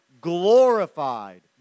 glorified